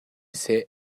seh